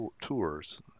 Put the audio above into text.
tours